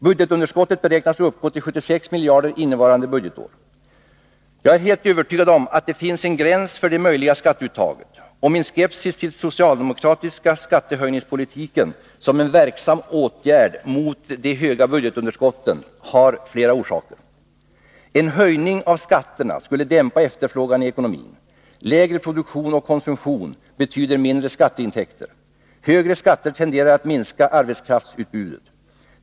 Budgetunderskottet beräknas uppgå till 76 miljarder innevarande budgetår. Jag är helt övertygad om att det finns en gräns för det möjliga skatteuttaget. Min skepsis till den socialdemokratiska skattehöjningspolitiken som en verksam åtgärd mot de höga budgetunderskotten har flera orsaker. En höjning av skatterna skulle dämpa efterfrågan i ekonomin. Lägre produktion och konsumtion betyder mindre skatteintäkter. Högre skatter tenderar att minska arbetskraftsutbudet.